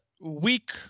week